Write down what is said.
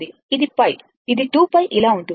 ఇది π ఇది 2π ఇలా ఉంటుంది